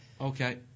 okay